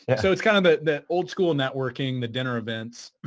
so, it's kind of ah that old school networking, the dinner events,